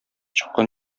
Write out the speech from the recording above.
чыккан